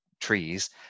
trees